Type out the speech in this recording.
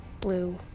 blue